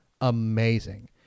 amazing